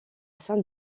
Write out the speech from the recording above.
saint